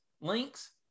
links